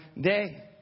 day